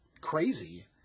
crazy